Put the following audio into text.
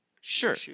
Sure